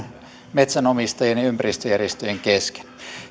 metsänomistajien ja ympäristöjärjestöjen kesken